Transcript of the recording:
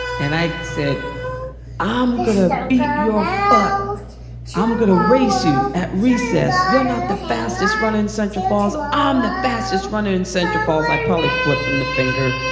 and i said i'm going to beat your butt i'm going to race you at recess, you're not the fastest runner in central falls, i'm um the fastest runner in central falls. i probably flip them the finger,